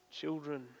children